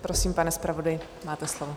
Prosím, pane zpravodaji, máte slovo.